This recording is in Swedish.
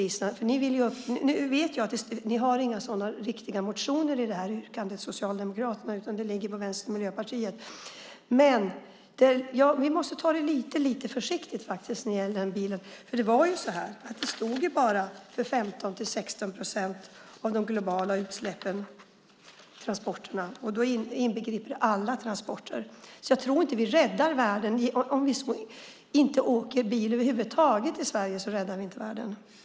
Jag vet att ni socialdemokrater inte har några riktiga motionsyrkanden om det, utan det handlar då om Vänstern och Miljöpartiet. Vi måste faktiskt ta det lite försiktigt när det gäller bilarna. Sverige står för bara 15-16 procent av de globala utsläppen när det gäller transporter. Då inbegrips alla transporter. Även om vi över huvud taget inte åker bil i Sverige räddar vi inte världen; det tror jag inte.